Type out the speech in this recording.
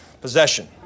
possession